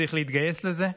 צריך להתגייס לזה.